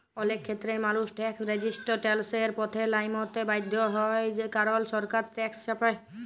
অলেক খ্যেত্রেই মালুস ট্যাকস রেজিসট্যালসের পথে লাইমতে বাধ্য হ্যয় কারল সরকার ট্যাকস চাপায়